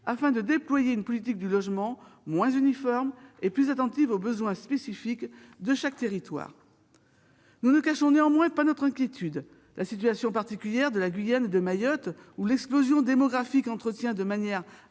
afin de déployer une politique du logement moins uniforme et plus attentive aux besoins spécifiques de chaque territoire. Néanmoins, nous ne cachons pas notre inquiétude. La situation particulière de la Guyane et de Mayotte, où l'explosion démographique entretient de manière